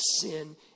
sin